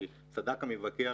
כי צדק המבקר